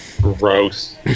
Gross